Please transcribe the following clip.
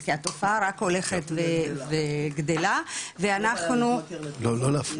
כי התופעה רק הולכת וגדלה ואנחנו --- זה לא בעיה להתמכר לתרופות,